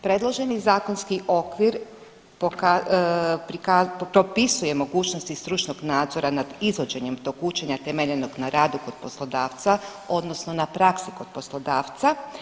Predloženi zakonski okvir .../nerazumljivo/... propisuje mogućnosti stručnog nadzora nad izvođenjem tog učenja temeljenog na radu kod poslodavca odnosno na praksi kod poslodavca.